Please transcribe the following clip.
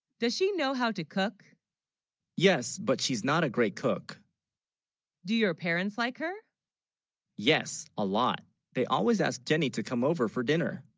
does she know how to cook yes but she's not a great cook do your parents like her yes a lot they always, ask, jenny to come over for dinner